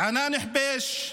ענאן חביש,